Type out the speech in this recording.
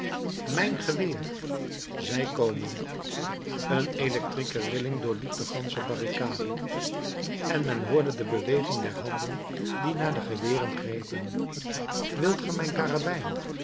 mijn geweer zij komen een electrieke rilling doorliep de gansche barricade en men hoorde de beweging der handen die naar de geweren grepen wilt ge mijn